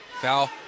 Foul